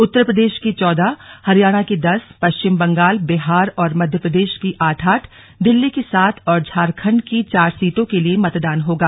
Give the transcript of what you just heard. उत्तर प्रदेश की चौदह हरियाणा की दस पश्चिम बंगाल बिहार और मध्यप्रदेश की आठ आठ दिल्ली की सात और झारखंड की चार सीटों के लिए मतदान होगा